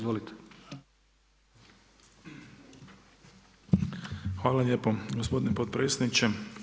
Hvala lijepo gospodine potpredsjedniče.